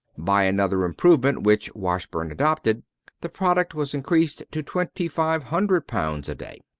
by another improvement which washburn adopted the product was increased to twenty-five hundred pounds a day.